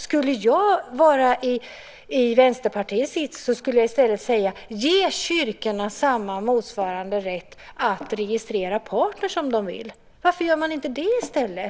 Om jag skulle vara i Vänsterpartiets sits skulle jag i stället säga: Ge kyrkorna motsvarande rätt att registrera partner om de så vill! Varför gör man inte det i stället?